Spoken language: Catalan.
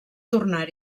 tornar